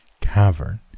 cavern